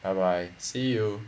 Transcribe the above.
and I see you